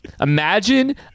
Imagine